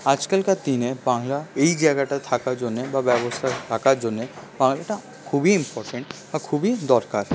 আজকালকার দিনে বাংলা এই জায়গাটা থাকার জন্যে বা ব্যবস্থা থাকার জন্যে খুবই ইম্পরটেন্ট বা খুবই দরকার